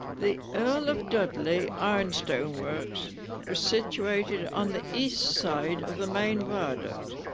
the earl of dudley ironstone works was situated on the east side of the main viaduct.